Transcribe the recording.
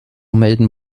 melden